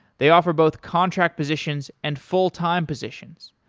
they offer both contract positions and full time positions.